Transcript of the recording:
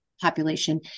population